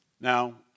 Now